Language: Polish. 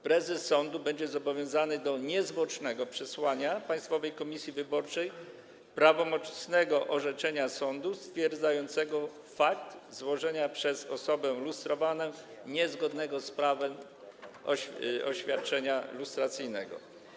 Prezes sądu będzie zobowiązany do niezwłocznego przesłania Państwowej Komisji Wyborczej prawomocnego orzeczenia sądu stwierdzającego fakt złożenia przez osobę lustrowaną niezgodnego z prawdą oświadczenia lustracyjnego.